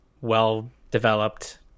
well-developed